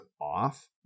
off